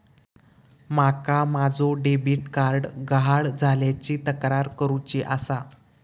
माका माझो debit card गहाळ झाल्याची तक्रार करुची आसा